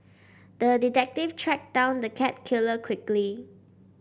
the detective tracked down the cat killer quickly